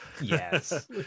Yes